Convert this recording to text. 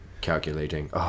Calculating